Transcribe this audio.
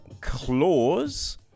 Claws